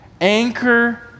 anchor